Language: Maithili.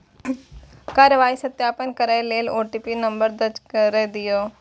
कार्रवाईक सत्यापन करै लेल ओ.टी.पी नंबर दर्ज कैर दियौ